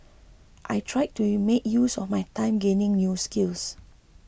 I tried to you make use of my time gaining new skills